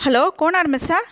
hello Konar மெஸ்ஸா